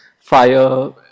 fire